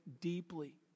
deeply